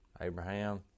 Abraham